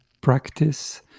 practice